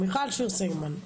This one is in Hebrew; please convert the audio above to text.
מיכל שיר סגמן,